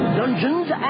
dungeons